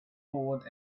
forward